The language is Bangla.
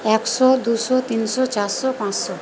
একশো দুশো তিনশো চারশো পাঁচশো